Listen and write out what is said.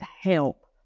help